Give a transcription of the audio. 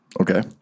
Okay